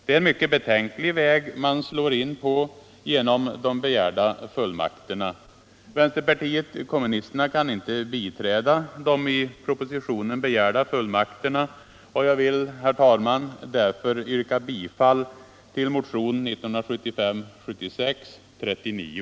Det är en mycket betänklig väg man slår in på genom de begärda fullmakterna. Vänsterpartiet kommunisterna kan inte biträda de i pro positionen begärda fullmakterna, och jag vill, herr talman, yrka bifall till motionen 1975/76:39.